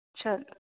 ਅੱਛਾ